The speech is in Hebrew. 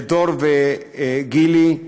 לדור וגילי,